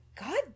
God